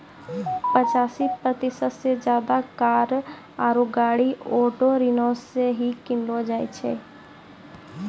पचासी प्रतिशत से ज्यादे कार आरु गाड़ी ऑटो ऋणो से ही किनलो जाय छै